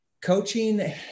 Coaching